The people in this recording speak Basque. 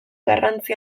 garrantzi